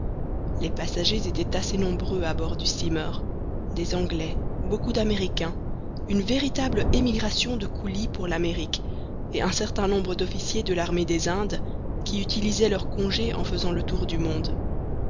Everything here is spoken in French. les passagers étaient assez nombreux à bord du steamer des anglais beaucoup d'américains une véritable émigration de coolies pour l'amérique et un certain nombre d'officiers de l'armée des indes qui utilisaient leur congé en faisant le tour du monde